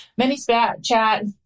ManyChat